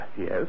Yes